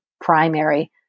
primary